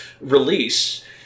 release